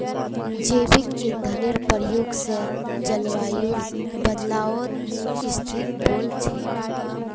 जैविक ईंधनेर प्रयोग स जलवायुर बदलावत स्थिल वोल छेक